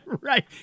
Right